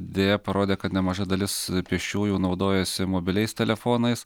deja parodė kad nemaža dalis pėsčiųjų naudojasi mobiliais telefonais